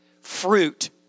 fruit